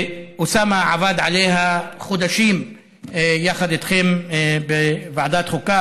ואוסאמה עבד עליה חודשים יחד איתכם בוועדת החוקה,